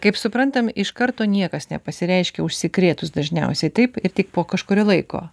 kaip suprantam iš karto niekas nepasireiškia užsikrėtus dažniausiai taip ir tik po kažkurio laiko